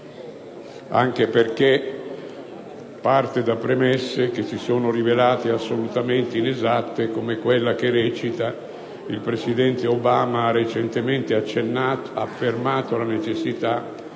anche perché parte da premesse che si sono rivelate assolutamente inesatte, come quella secondo cui il presidente Obama avrebbe recentemente affermato la necessità